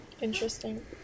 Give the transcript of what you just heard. Interesting